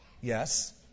Yes